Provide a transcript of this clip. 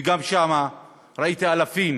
וגם שם ראיתי אלפים